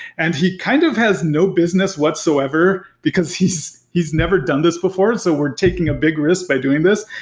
and he kind of has no business whatsoever, because he's he's never done this before. and so we're taking a big risk by doing this,